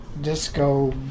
disco